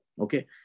okay